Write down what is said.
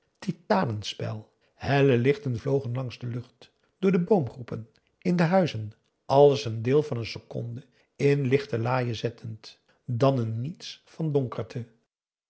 titanenspel helle lichten vlogen langs de lucht door de boomgroepen in de huizen alles een deel van n seconde in lichtelaaie zettend dan een niets van donkerte